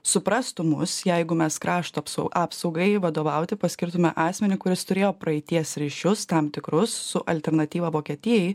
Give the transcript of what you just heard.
suprastų mus jeigu mes krašto apsau apsaugai vadovauti paskirtume asmenį kuris turėjo praeities ryšius tam tikrus su alternatyva vokietijai